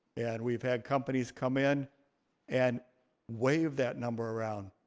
and we've had companies come in and wave that number around.